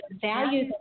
value